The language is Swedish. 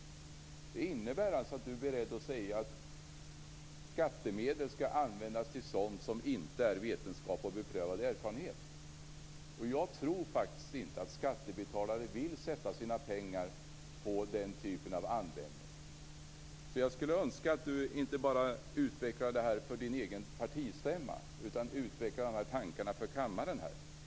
Det innebär alltså att Kenneth Johansson är beredd att satsa skattemedel på sådant som inte är vetenskap och beprövad erfarenhet. Jag tror faktiskt inte att skattebetalare vill lägga sina pengar på den typen av användning. Jag önskar att Kenneth Johansson ville utveckla dessa tankar, inte bara för sin egen partistämma utan för hela kammaren.